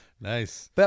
Nice